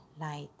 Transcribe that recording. light